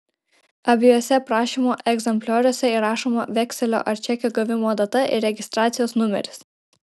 abiejuose prašymo egzemplioriuose įrašoma vekselio ar čekio gavimo data ir registracijos numeris